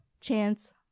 chance